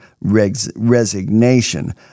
resignation